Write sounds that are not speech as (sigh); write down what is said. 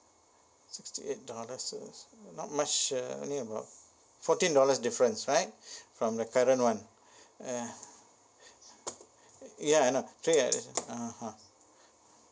sixty eight dollar sales not much uh only about fourteen dollars difference right (breath) from the current one ya ya I know three as ah ha